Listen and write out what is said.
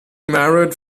married